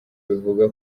bivuga